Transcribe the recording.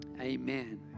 Amen